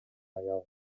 аял